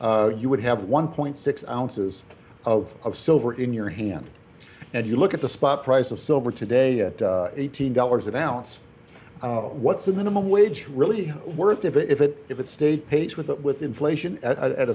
you would have one point six ounces of silver in your hand and you look at the spot price of silver today at eighteen dollars a balance what's the minimum wage really worth if it if it stayed pace with that with inflation at